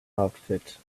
outfit